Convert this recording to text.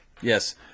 Yes